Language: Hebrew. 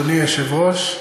אדוני היושב-ראש,